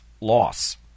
loss